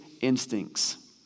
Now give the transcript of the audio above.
instincts